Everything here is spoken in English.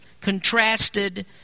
contrasted